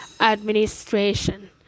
administration